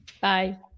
bye